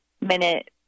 minute